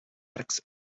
arcs